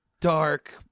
dark